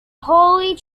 holy